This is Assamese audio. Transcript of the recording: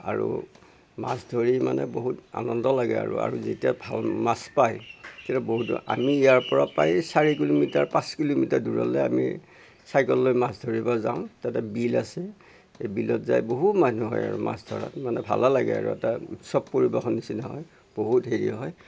আৰু মাছ ধৰি মানে বহুত আনন্দ লাগে আৰু আৰু যেতিয়া ভাল মাছ পায় তেতিয়া বহুত আমি ইয়াৰ পৰা প্ৰায় চাৰি কিলোমিটাৰ পাঁচ কিলোমিটাৰ দূৰলৈ আমি চাইকেল লৈ মাছ ধৰিব যাওঁ তাতে বিল আছে সেই বিলত যাই বহু মানুহ হয় আৰু মাছ ধৰাত মানে ভালে লাগে আৰু এটা উৎসৱ পৰিৱেশৰ নিচিনা হয় বহুত হেৰি হয়